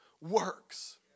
works